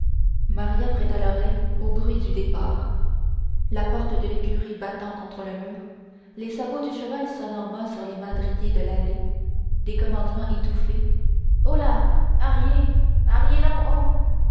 maria prêta l'oreille aux bruits du départ la porte de l'écurie battant contre le mur les sabots du cheval sonnant mat sur les madriers de l'allée des commandements étouffés ho